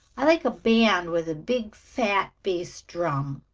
i like a band, with a big, fat bass-drum.